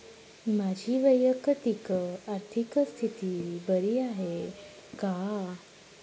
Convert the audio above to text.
माझी वैयक्तिक आर्थिक स्थिती बरी आहे का?